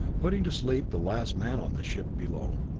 putting to sleep the last man on the ship below.